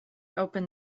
open